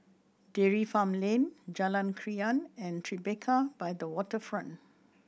Dairy Farm Lane Jalan Krian and Tribeca by the Waterfront